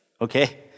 okay